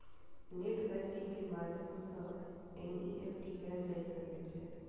net banking के माध्यम सं एन.ई.एफ.टी कैल जा सकै छै